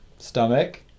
Stomach